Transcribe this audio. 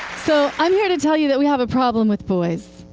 so i'm here to tell you that we have a problem with boys,